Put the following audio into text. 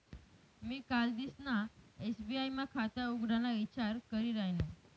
मी कालदिसना एस.बी.आय मा खाता उघडाना ईचार करी रायनू